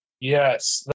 Yes